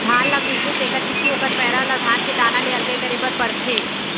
धान ल मिसबे तेकर पीछू ओकर पैरा ल धान के दाना ले अलगे करे बर परथे